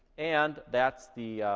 and that's the.